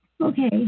Okay